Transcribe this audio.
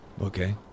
okay